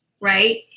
right